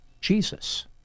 Jesus